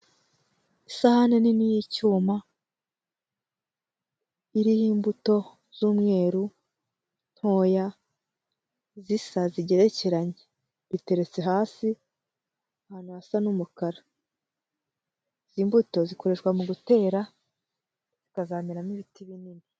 Isahani nini y'icyuma iriho imbuto z'umweru ntoya, zisa zigerekeranye. Biteretse hasi ahantu hasa n'umukara. Imbuto zikoreshwa mu gutera, zikazameramo ibiti binini.